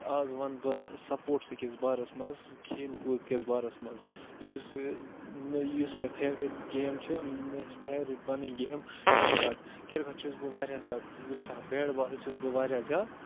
آز وَنہٕ بہٕ سَپوٹسٕکِس بارَس منٛز کھیل کوٗدکِس بارَس منٛز یُس مےٚ یُس مےٚ فیورِٹ گیم چھِ مےٚ چھِ فیورِٹ پَنٕنۍ گیم کِرکَٹ کِرکَٹ چھُس بہٕ واریاہ زیادٕ وٕچھان بیٹ بال چھُس بہٕ واریاہ زیادٕ